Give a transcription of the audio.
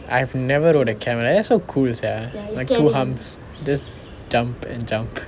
I have never rode a camel that's so cool like two humps just dump and jump